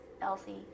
Elsie